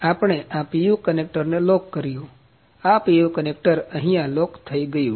આપણે આ PU connector ને લોક કર્યું આ PU કનેક્ટર અહીંયા લોક થઈ ગયું